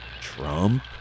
Trump